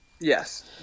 Yes